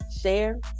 share